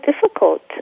difficult